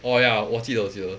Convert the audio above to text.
oh ya 我记得我记得